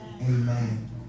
Amen